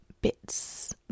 bits